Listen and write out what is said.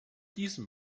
diesem